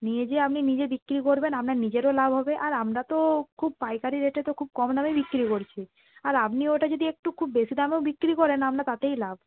নিয়ে গিয়ে আপনি নিজে বিক্রি করবেন আপনার নিজেরও লাভ হবে আর আমরা তো খুব পাইকারি রেটে তো খুব কম দামেই বিক্রি করছি আর আপনিও ওটা যদি একটু খুব বেশি দামেও বিক্রি করেন আপনার তাতেই লাভ